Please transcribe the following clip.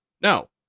No